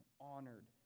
honored